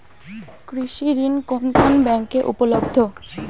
কৃষি ঋণ কোন কোন ব্যাংকে উপলব্ধ?